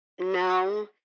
No